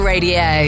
Radio